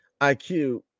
IQ